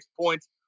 points